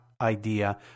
idea